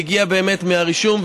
והגיע באמת מהרישום,